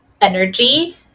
energy